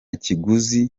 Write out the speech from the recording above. kiguzi